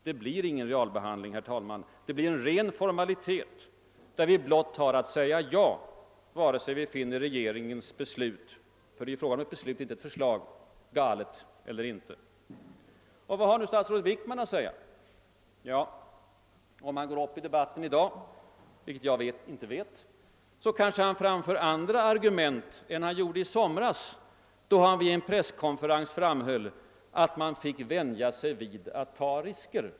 Det blir ingen realbehandling, herr talman, det blir en ren formalitet, där vi blott har att säga ja vare sig vi finner regeringens beslut — ty det är fråga om ett beslut, inte om ett förslag — galet eller inte. Och vad har nu statsrådet Wickman att säga? Om han går upp i debatten i dag, vilket jag inte vet, framför han kanske andra argument än i somras, då han vid en presskonferens framhöll att man fick »vänja sig vid att ta risker».